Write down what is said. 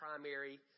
primary